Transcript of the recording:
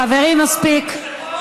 חברים, מספיק.